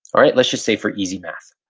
alright, let's just say, for easy math.